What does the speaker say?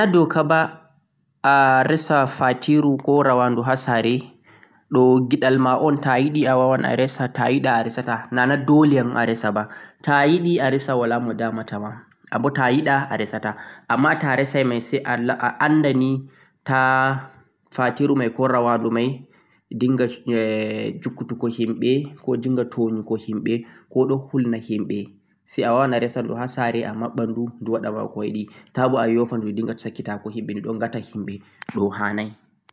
Nana doka baa koh diina ba aresa fatiru/rawaɗu ha sare ɗoo giɗal màon. Taàyiɗe a resa taàyiɗa aresata nana dolee a resa ba.